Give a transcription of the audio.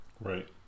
Right